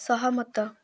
ସହମତ